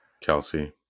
Kelsey